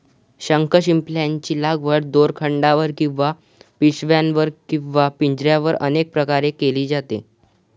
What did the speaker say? शंखशिंपल्यांची लागवड दोरखंडावर किंवा पिशव्यांवर किंवा पिंजऱ्यांवर अनेक प्रकारे केली जाते